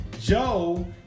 Joe